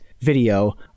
video